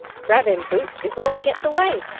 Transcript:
grab him, boots, before he gets away.